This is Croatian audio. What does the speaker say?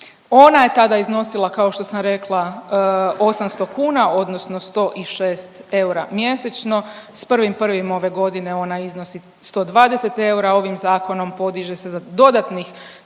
Ona je tada iznosila kao što sam rekla 800 kuna odnosno 106 eura mjesečno, s 1.1. ove godine ona iznosi 120 eura, ovim zakonom podiže se za dodatnih